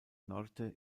norte